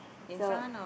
so